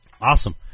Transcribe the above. Awesome